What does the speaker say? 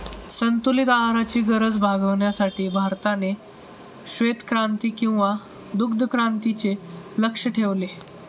संतुलित आहाराची गरज भागविण्यासाठी भारताने श्वेतक्रांती किंवा दुग्धक्रांतीचे लक्ष्य ठेवले